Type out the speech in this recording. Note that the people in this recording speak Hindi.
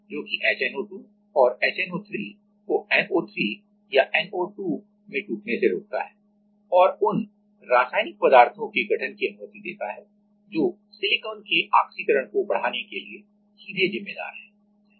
जो कि HNO2 और HNO3 को NO3 या NO2 में टूटने से रोकता है और उन रासायनिक पदार्थों के गठन की अनुमति देता है जो सिलिकॉन के ऑक्सीकरण को बढ़ाने के लिए सीधे जिम्मेदार हैं